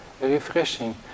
refreshing